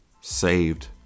Saved